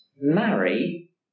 marry